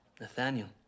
Nathaniel